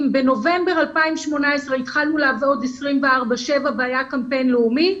אם בנובמבר 2018 התחלנו לעבוד 24/7 והיה קמפיין לאומי,